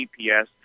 gps